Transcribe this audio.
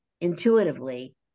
Intuitively